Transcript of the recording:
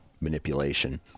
manipulation